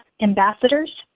Ambassadors